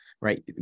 right